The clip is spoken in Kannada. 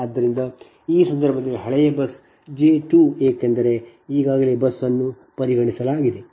ಆದ್ದರಿಂದ ಆ ಸಂದರ್ಭದಲ್ಲಿ ಹಳೆಯ ಬಸ್ j 2 ಏಕೆಂದರೆ ಈಗಾಗಲೇ ಬಸ್ ಅನ್ನು ಪರಿಗಣಿಸಲಾಗಿದೆ